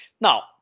Now